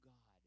God